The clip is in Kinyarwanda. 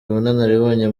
ubunararibonye